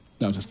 No